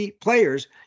players